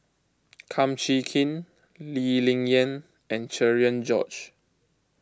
Kum Chee Kin Lee Ling Yen and Cherian George